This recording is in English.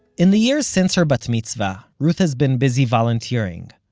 in the years since her bat-mitzvah, ruth has been busy volunteering,